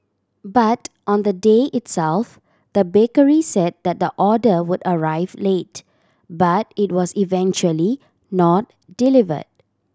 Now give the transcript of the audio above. but on the day itself the bakery said that the order would arrive late but it was eventually not delivered